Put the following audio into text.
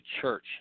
church